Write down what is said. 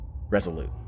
resolute